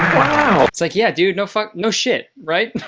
wow. it's like, yeah, dude, no fuck. no shit. right?